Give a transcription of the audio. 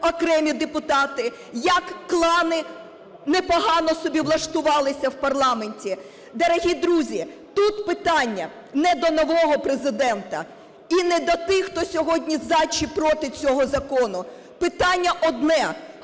окремі депутати, як клани непогано собі влаштувалися у парламенті. Дорогі друзі, тут питання не до нового Президента і не до тих, хто сьогодні за чи проти цього закону. Питання одне: